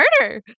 murder